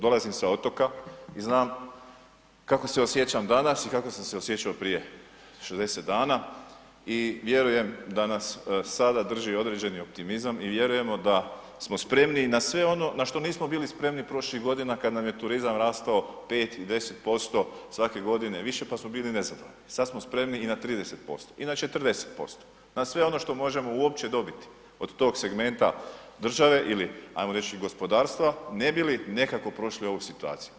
Dolazim sa otoka i znam kako se osjećam danas i kako sam se osjećao prije 60 dana i vjerujem da nas sada drži određeni optimizam i vjerujemo da smo spremni na sve ono na što nismo bili spremni prošlih godina kada nam je turizam rastao 5 i 10% svake godine više pa smo bili nezadovoljni, sada smo spremni i na 30% i na 40% na sve ono što možemo uopće dobiti od tog segmenta države ili ajmo reći gospodarstva, ne bi li nekako prošli ovu situaciju.